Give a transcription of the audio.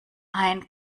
ein